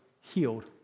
healed